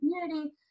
community